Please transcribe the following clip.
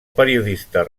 periodista